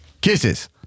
Kisses